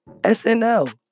SNL